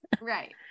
right